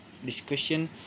discussion